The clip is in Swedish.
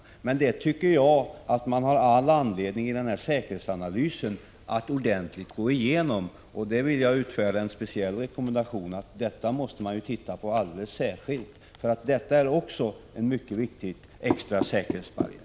Jag tycker dock att man har all anledning att i säkerhetsanalysen ordentligt gå igenom detta. Jag vill utfärda en speciell rekommendation att man alldeles särskilt ser på detta. Men också detta är en mycket viktig extra säkerhetsbarriär.